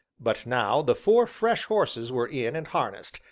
but now the four fresh horses were in and harnessed,